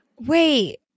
Wait